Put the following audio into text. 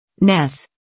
Ness